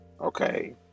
okay